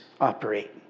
operate